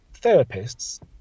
therapists